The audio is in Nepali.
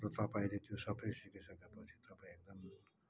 र तपाईँले त्यो सबै सिकिसकेपछि तपाईँ एकदम